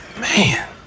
Man